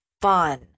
fun